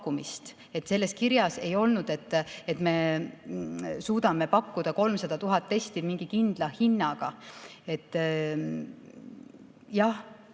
selles kirjas ei olnud, et me suudame pakkuda 300 000 testi mingi kindla hinnaga. Jah,